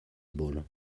ball